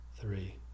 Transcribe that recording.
three